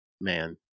man